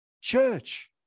Church